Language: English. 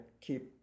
keep